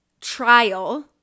trial